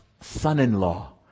son-in-law